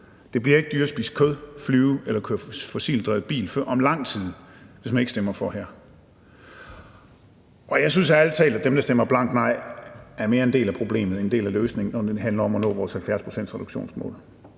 Det bliver ikke dyrere at spise kød, flyve eller køre fossildrevet bil før om lang tid, hvis man ikke stemmer for det her. Og jeg synes ærlig talt, at dem, der stemmer blankt nej, mere er en del af problemet end en del af løsningen, når det handler om at nå vores 70-procentsreduktionsmål.